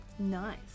Nice